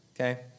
Okay